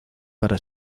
para